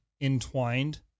entwined